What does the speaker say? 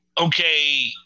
okay